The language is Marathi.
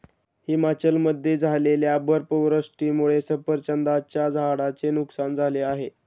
हिमाचलमध्ये झालेल्या बर्फवृष्टीमुळे सफरचंदाच्या झाडांचे नुकसान झाले आहे